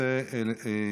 תודה רבה.